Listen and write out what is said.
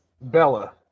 Bella